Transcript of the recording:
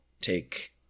take